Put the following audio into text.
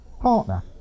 partner